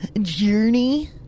journey